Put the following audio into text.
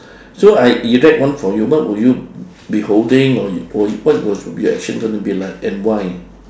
so I erect one for you what would you be holding or you or you what would be your action going to be like and why